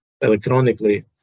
electronically